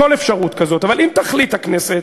כל אפשרות כזאת, אבל אם תחליט הכנסת,